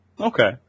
okay